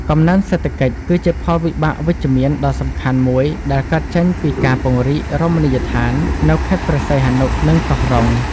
កំណើនសេដ្ឋកិច្ច គឺជាផលវិបាកវិជ្ជមានដ៏សំខាន់មួយដែលកើតចេញពីការពង្រីករមណីយដ្ឋាននៅខេត្តព្រះសីហនុ និងកោះរ៉ុង។